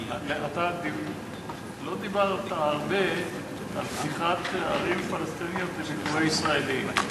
לא דיברת הרבה על פתיחת ערים פלסטיניות לביקורי ישראלים.